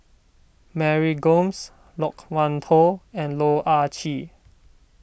Mary Gomes Loke Wan Tho and Loh Ah Chee